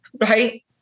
right